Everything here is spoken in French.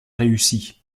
réussi